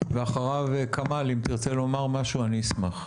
ואחריו כמאל אם תרצה לומר משהו אני אשמח.